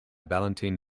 valentine